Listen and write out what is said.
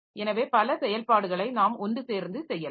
எனவே பல செயல்பாடுகளை நாம் ஒன்றுசேர்ந்து செய்யலாம்